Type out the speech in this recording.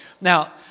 Now